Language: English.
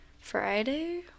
Friday